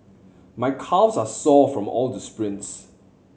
my calves are sore from all the sprints